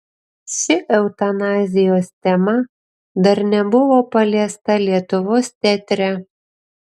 ši eutanazijos tema dar nebuvo paliesta lietuvos teatre